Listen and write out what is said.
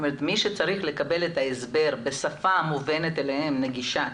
מי שצריך לקבל את ההסבר בשפה מובנת ונגישה להם,